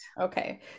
okay